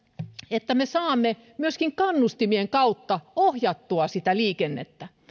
että me saamme myöskin kannustimien kautta ohjattua sitä liikennettä